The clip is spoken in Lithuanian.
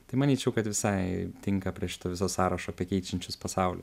tai manyčiau kad visai tinka prie šito viso sąrašo apie keičiančius pasaulį